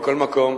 מכל מקום,